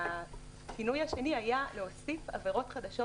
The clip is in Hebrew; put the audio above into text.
והשינוי השני היה להוסיף עבירות חדשות,